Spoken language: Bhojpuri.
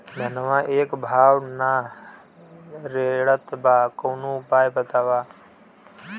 धनवा एक भाव ना रेड़त बा कवनो उपाय बतावा?